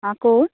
आं कोण